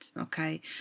Okay